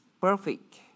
perfect